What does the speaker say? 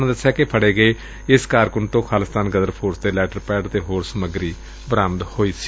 ਉਨੂਾ ਦਸਿਆ ਕਿ ਫੜੇ ਗਏ ਇਸ ਕਾਰਕੁੰਨ ਤੋਂ ਖਾਲਿਸਤਾਨ ਗ਼ਦਰ ਫੋਰਸ ਦੇ ਲੈਟਰ ਪੈਡ ਤੇ ਹੋਰ ਸਮੱਗਰੀ ਬਰਾਮਦ ਹੋਈ ਸੀ